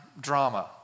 drama